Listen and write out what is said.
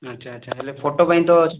ଆଚ୍ଛା ଆଚ୍ଛା ହେଲେ ଫଟୋ ପାଇଁ ତ